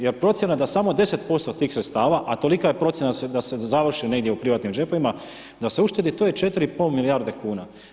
Jer procjena da samo 10% tih sredstava a tolika je procjena da se završi negdje u privatnim džepovima, da se uštedi, to je 4,5 milijarde kn.